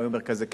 היו מרכזי קשר,